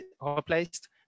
replaced